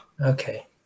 okay